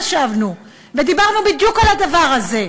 ישבנו ודיברנו בדיוק על הדבר הזה,